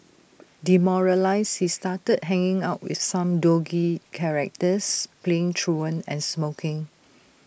demoralised he started hanging out with some dodgy characters playing truant and smoking